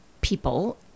people